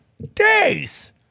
Days